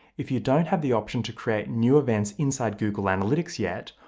if you don't have the option to create new events inside google analytics yet,